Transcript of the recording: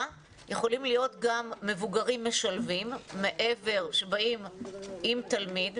יכולים להיות גם מבוגרים משלבים שבאים עם תלמיד,